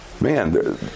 Man